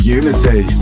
unity